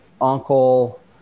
uncle